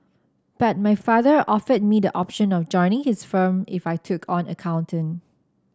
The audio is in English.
but my father offered me the option of joining his firm if I took on accounting